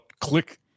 Click